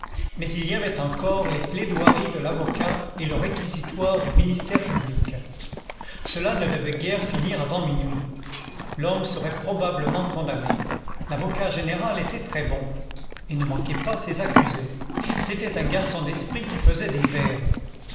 mais il y avait encore les plaidoiries de l'avocat et le réquisitoire du ministère public cela ne devait guère finir avant minuit l'homme serait probablement condamné l'avocat général était très bon et ne manquait pas ses accusés cétait un garçon d'esprit qui faisait des vers